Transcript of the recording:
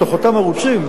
בתוך אותם ערוצים,